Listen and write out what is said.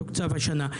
תוקצב השנה.